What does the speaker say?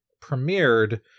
premiered